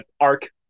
arc